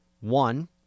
One